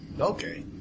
Okay